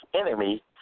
enemy